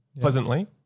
pleasantly